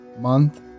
month